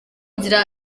nzira